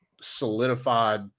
solidified –